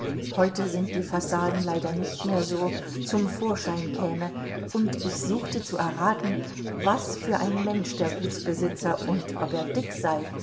heute sind die fassaden leider nicht mehr so zum vorschein käme und ich suchte zu erraten was für ein mensch der gutsbesitzer und ob er dick sei